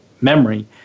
memory